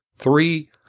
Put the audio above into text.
Three